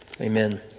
amen